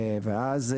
ואז,